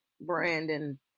Brandon